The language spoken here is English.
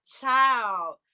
child